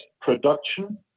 production